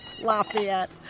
Lafayette